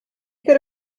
could